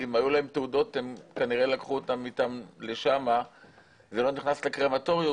אם היו להם תעודות הן כנראה לקחו אותם איתן לשם וזה לא נכנס לקרמטוריום,